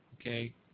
Okay